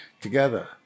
together